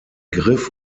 griff